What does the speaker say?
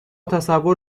تصور